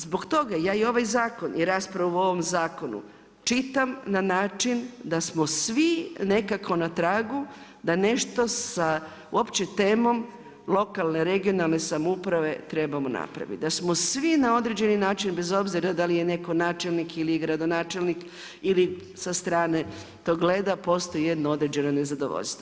Zbog toga ja i ovaj zakon i raspravu o ovom zakonu čitam na način da smo svi nekako na tragu da nešto sa uopće temom lokalne, regionalne samouprave trebamo napraviti, da smo svi na određeni način bez obzira da li je netko načelnik ili je gradonačelnik ili sa strane to gleda postoji jedno određeno nezadovoljstvo.